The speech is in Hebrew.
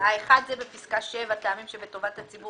האחד הוא בפסקה (7), "טעמים שבטובת הציבור